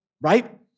right